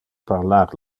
parlar